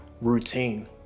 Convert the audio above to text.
routine